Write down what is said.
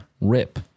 Rip